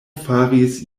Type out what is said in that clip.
faris